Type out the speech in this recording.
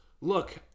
look